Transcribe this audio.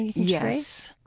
yes.